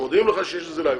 מודיעים לך שיש נזילה,